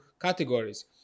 categories